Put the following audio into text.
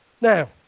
Now